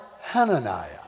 Hananiah